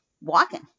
walking